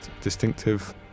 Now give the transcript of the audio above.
distinctive